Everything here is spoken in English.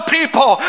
people